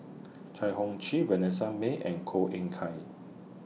Chai Hon Vanessa Mae and Koh Eng Kian